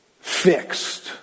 Fixed